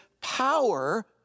power